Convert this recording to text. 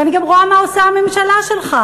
ואני גם רואה מה עושה הממשלה שלך,